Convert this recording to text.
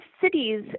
cities